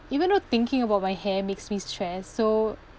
even though thinking about my hair makes me stressed so